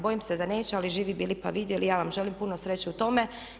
Bojim se da neće ali živi bili pa vidjeli, ja vam želim puno sreće u tome.